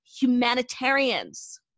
humanitarians